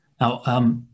Now